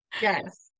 Yes